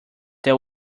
that